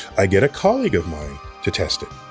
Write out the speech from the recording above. i get a colleague of mine to test it.